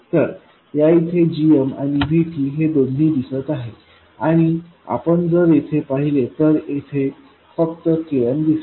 तर या येथे gm आणि VT हे दोन्ही दिसत आहे आणि आपण जर येथे पाहिले तर इथे फक्त kn दिसेल